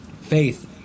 faith